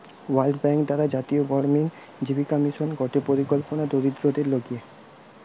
world bank দ্বারা জাতীয় গড়ামিন জীবিকা মিশন গটে পরিকল্পনা দরিদ্রদের লিগে